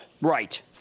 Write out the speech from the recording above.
Right